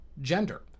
gender